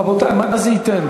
רבותי, מה זה ייתן?